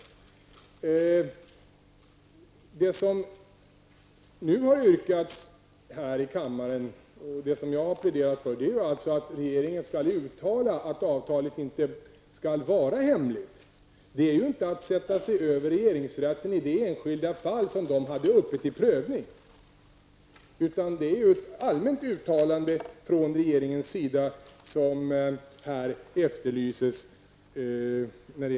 Det som nu har yrkats här i kammaren och som jag har pläderat för är att riksdagen skall uttala att avtalet inte skall vara hemligt. Det är ju inte att sätta sig över regeringsrättens utslag i det enskilda fall som den hade uppe till prövning.